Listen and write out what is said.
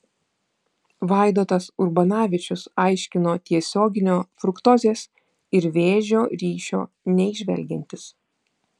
vaidotas urbanavičius aiškino tiesioginio fruktozės ir vėžio ryšio neįžvelgiantis